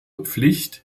pflicht